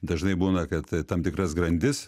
dažnai būna kad tam tikras grandis